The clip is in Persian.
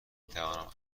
توانم